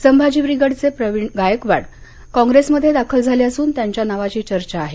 संभाजी ब्रिगेडचे प्रवीण गायकवाड कॉंग्रेसमध्ये दाखल झाले असून त्यांच्या नावाची चर्चा आहे